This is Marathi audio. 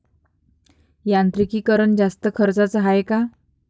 यांत्रिकीकरण जास्त खर्चाचं हाये का?